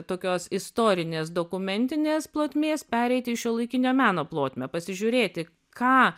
tokios istorinės dokumentinės plotmės pereiti į šiuolaikinio meno plotmę pasižiūrėti ką